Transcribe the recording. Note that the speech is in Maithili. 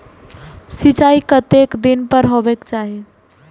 सिंचाई कतेक दिन पर हेबाक चाही?